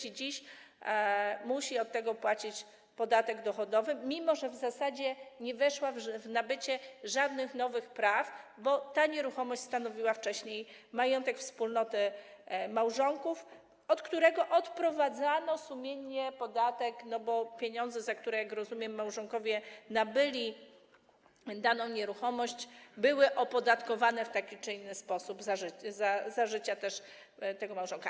I dziś musi od tego płacić podatek dochodowy, mimo że w zasadzie nie nabyła żadnych nowych praw, bo ta nieruchomość stanowiła wcześniej majątek wspólnoty małżonków, od którego odprowadzano sumiennie podatek, bo pieniądze, za które, jak rozumiem, małżonkowie nabyli daną nieruchomość, były opodatkowane w taki czy inny sposób za życia tego małżonka.